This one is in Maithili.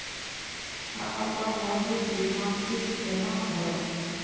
हम अपन मौजूद बीमा किस्त केना भरब?